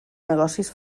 negocis